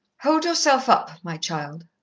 hold yourself up, my child,